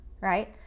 right